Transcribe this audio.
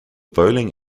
bowling